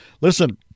Listen